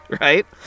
right